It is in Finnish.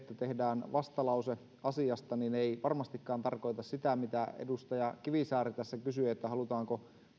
tehdään vastalause asiasta ei varmastikaan tarkoita sitä mitä edustaja kivisaari tässä kysyi että halutaanko